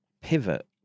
pivot